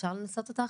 כן,